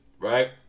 right